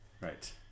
right